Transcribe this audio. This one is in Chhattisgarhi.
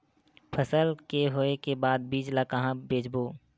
फसल के होय के बाद बीज ला कहां बेचबो?